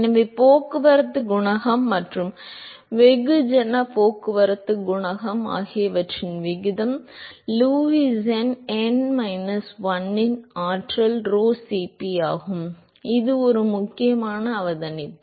எனவே வெப்பப் போக்குவரத்துக் குணகம் மற்றும் வெகுஜனப் போக்குவரத்துக் குணகம் ஆகியவற்றின் விகிதம் லூயிஸ் எண் n மைனஸ் 1 இன் ஆற்றல் Rho Cp ஆகும் இது ஒரு முக்கியமான அவதானிப்பு